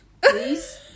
please